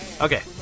Okay